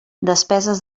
despeses